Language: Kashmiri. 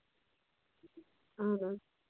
اَہن حظ